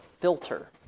filter